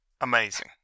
Amazing